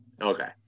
okay